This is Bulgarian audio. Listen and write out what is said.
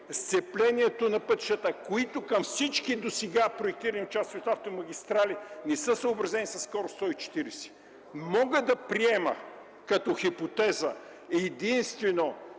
сцеплението на пътищата, които към всички досега проектирани участъци в автомагистрали не са съобразени със скорост 140. Мога да приема като хипотеза единствено